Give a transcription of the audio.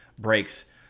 breaks